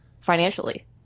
financially